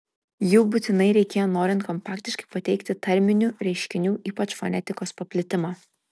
jų būtinai reikėjo norint kompaktiškai pateikti tarminių reiškinių ypač fonetikos paplitimą